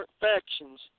factions